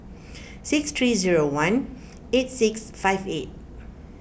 six three zero one eight six five eight